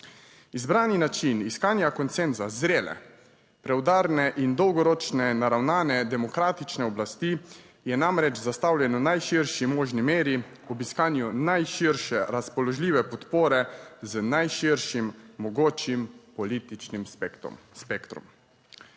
Izbrani način iskanja konsenza zrele, preudarne in dolgoročno naravnane demokratične oblasti je namreč zastavljen v najširši možni meri, ob iskanju najširše razpoložljive podpore z najširšim mogočim političnim spektrom.